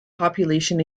population